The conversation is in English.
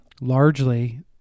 largely